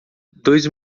dois